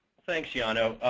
thanks, jano.